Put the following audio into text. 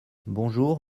bonjour